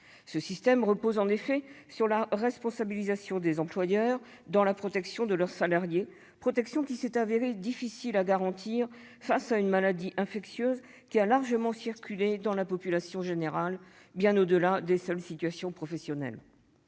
Ce système repose sur la responsabilisation des employeurs dans la protection de leurs salariés, protection qui s'est avérée difficile à garantir face à une maladie infectieuse ayant largement circulé dans la population générale, bien au-delà des seules situations professionnelles.